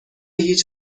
هیچ